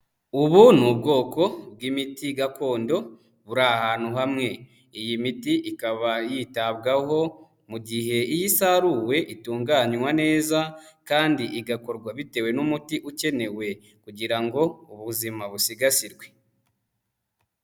Ubu ni ubwoko bw'imiti gakondo buri ahantu hamwe, iyi miti ikaba yitabwaho mu gihe iyo isaruwe itunganywa neza kandi igakorwa bitewe n'umuti ukenewe kugira ngo ubuzima busigasirwe.